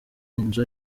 inzu